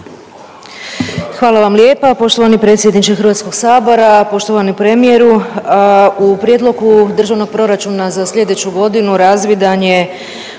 Hvala vam lijepa. Poštovani predsjedničke Hrvatskog sabora, poštovani premijeru u prijedlogu Državnog proračuna za slijedeću godinu razvidan je